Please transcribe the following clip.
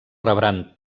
rebran